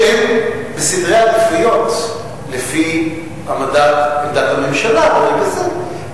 שאין בסדרי העדיפויות לפי עמדת הממשלה ברגע זה,